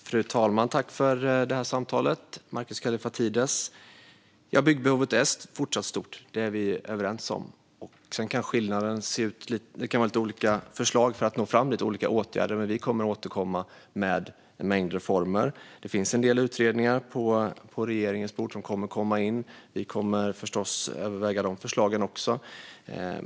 Fru talman! Tack, Markus Kallifatides, för samtalet! Ja, byggbehovet är fortsatt stort. Det är vi överens om. Sedan har vi kanske olika syn på vilka åtgärder som behövs. Men vi kommer att återkomma med en mängd reformer. Det finns en del utredningar som kommer in till regeringen, och vi kommer att överväga de förslagen också.